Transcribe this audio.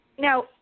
Now